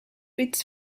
its